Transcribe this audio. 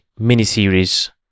mini-series